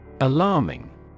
Alarming